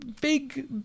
big